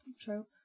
trop